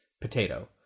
potato